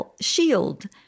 shield